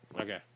Okay